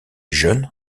jeunes